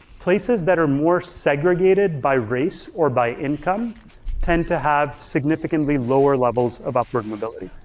places that are more segregated by race or by income tend to have significantly lower levels of upward mobility.